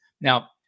Now